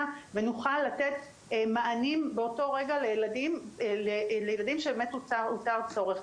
ונוכל תת מענים באותו רגע לילדים שאותר צורך.